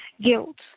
Guilt